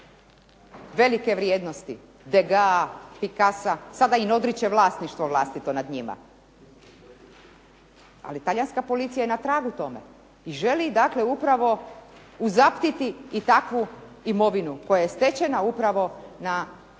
velike vrijednosti, Degas, Picasso, sada im odriče vlasništvo vlastito nad njima. Ali Talijanska policija je na tragu tome i želi upravo … takvu imovinu koja je stečena upravo na